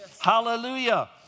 Hallelujah